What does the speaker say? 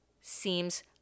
seems